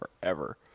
forever